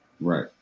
Right